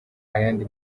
ayandi